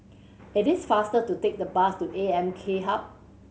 it is faster to take the bus to A M K Hub